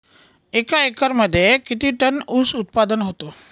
एका एकरमध्ये किती टन ऊस उत्पादन होतो?